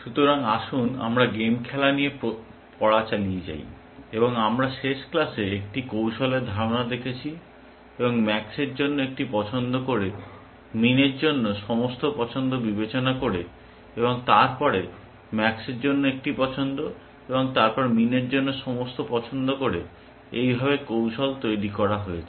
সুতরাং আসুন আমরা গেম খেলা নিয়ে পড়া চালিয়ে যাই এবং আমরা শেষ ক্লাসে একটি কৌশলের ধারণা দেখেছি এবং ম্যাক্সের জন্য একটি পছন্দ করে মিন এর জন্য সমস্ত পছন্দ বিবেচনা করে এবং তারপরে ম্যাক্সের জন্য একটি পছন্দ এবং তারপর মিন এর জন্য সমস্ত পছন্দ করে এইভাবে কৌশল তৈরি করা হয়েছে